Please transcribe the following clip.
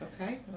Okay